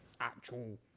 actual